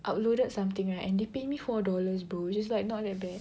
uploaded something right and they pay me four dollars bro which is like not that bad